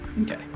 okay